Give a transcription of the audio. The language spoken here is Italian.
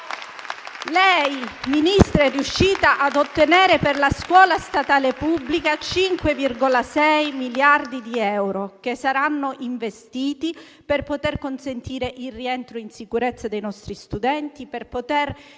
Lei, Ministro, è riuscita ad ottenere per la scuola statale pubblica 5,6 miliardi di euro, che saranno investiti per poter consentire il rientro in sicurezza dei nostri studenti e per